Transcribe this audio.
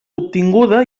obtinguda